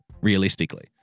realistically